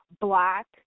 black